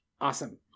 Awesome